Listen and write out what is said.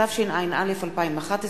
התשע”א 2011,